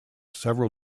several